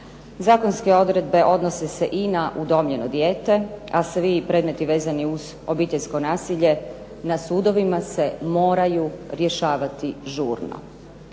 Zakonske odredbe odnose se i na udomljeno dijete, a svi predmeti vezani uz obiteljsko nasilje na sudovima se moraju rješavati žurno.